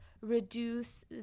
reduce